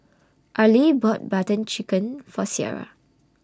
Arly bought Butter Chicken For Ciara